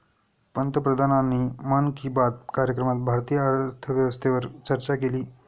पंतप्रधानांनी मन की बात कार्यक्रमात भारतीय अर्थव्यवस्थेवर चर्चा केली